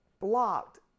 blocked